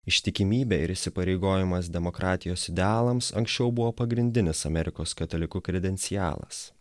ištikimybė ir įsipareigojimas demokratijos idealams anksčiau buvo pagrindinis amerikos katalikų kredencialas